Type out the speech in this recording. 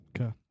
Okay